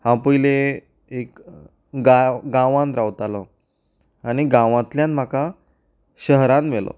हांव पयलीं एक गांव गांवांत रावतालो आनी गांवांतल्यान म्हाका शहरान व्हेलो